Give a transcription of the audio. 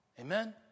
Amen